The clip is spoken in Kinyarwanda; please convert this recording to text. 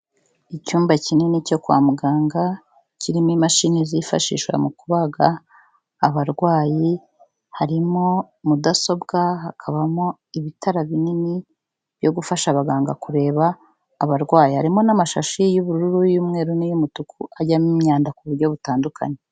Icyumba kinini cyo kwa muganga, kirimo imashini zifashishwa mu kubaga abarwayi, harimo mudasobwa, hakabamo ibitara binini byo gufasha abaganga kureba abarwayi, harimo n'amashashi y'ubururu, iy'umweru n'iy'umutuku ajyamo imyanda ku buryo butandukanye.